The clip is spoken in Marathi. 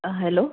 हॅलो